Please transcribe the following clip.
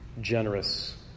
generous